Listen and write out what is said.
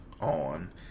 on